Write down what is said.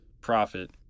profit